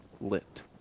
lit